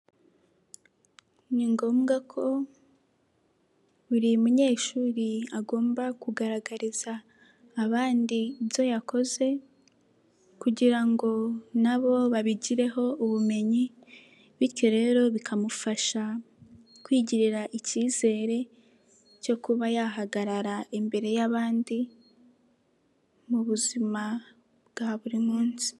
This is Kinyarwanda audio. Ni ngombwa ko buri munyeshuri agomba kugaragariza abandi ibyo yakoze kugira ngo nabo babigireho ubumenyi bityo rero bikamufasha kwigirira ikizere cyo kuba yahagarara imbere y'abandi mu buzima bwa buri munsi.